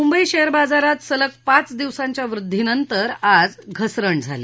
Mumbai share बाजारात सलग पाच दिवसांच्या वृद्वीनंतर आज घसरण झाली